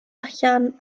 allan